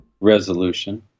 resolution